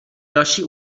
další